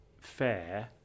fair